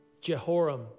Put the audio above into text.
Jehoram